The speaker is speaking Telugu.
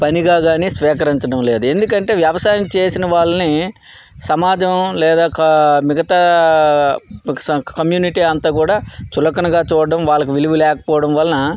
పనిగా కానీ స్వీకరించడం లేదు ఎందుకంటే వ్యవసాయం చేసిన వాళ్ళని సమాజం లేదా మిగతా కమ్యూనిటీ అంతా కూడా చులకనగా చూడడం వాళ్ళకు విలువ లేకపోవడం వలన